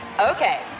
Okay